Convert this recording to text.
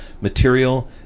material